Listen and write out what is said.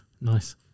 Nice